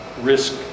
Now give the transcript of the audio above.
risk